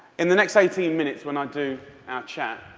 in the next eighteen minutes when i do our chat,